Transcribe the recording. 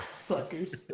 Suckers